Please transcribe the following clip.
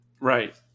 Right